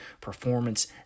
performance